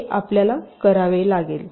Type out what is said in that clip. हे आपल्याला करावे लागेल